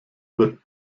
wird